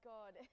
God